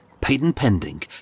patent-pending